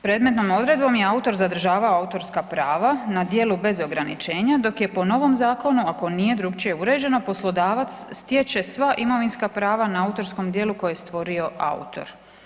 Predmetnom odredbom je autor zadržavao autorska prava na djelu bez ograničenja dok je po novom zakonu ako nije drukčije uređeno, poslodavac stječe sva imovinska prava na autorskom djelu koje je stvorio autor.